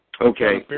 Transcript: Okay